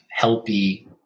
helpy